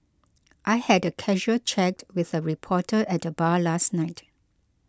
I had a casual chat with a reporter at the bar last night